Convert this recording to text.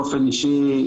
באופן אישי,